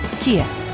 Kia